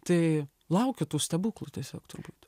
tai laukiu tų stebuklų tiesiog turbūt